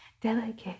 delicate